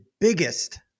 biggest